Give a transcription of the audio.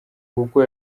kuko